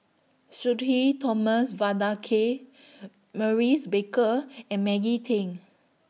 Sudhir Thomas Vadaketh Maurice Baker and Maggie Teng